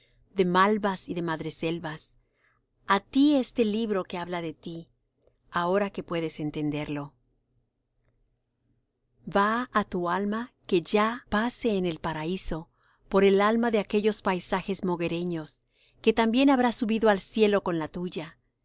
de malvas y de madreselvas á ti este libro que habla de ti ahora que puedes entenderlo i i va á tu alma que ya pace en el paraíso por el alma de aquellos paisajes moguereños qué también habrá subido al cielo con la tuya